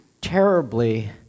terribly